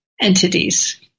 entities